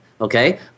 okay